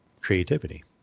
creativity